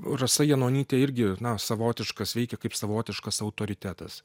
rasa janonytė irgi savotiškas veikia kaip savotiškas autoritetas